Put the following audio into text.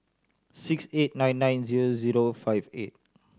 six eight nine nine zero zero five eight